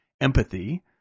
empathy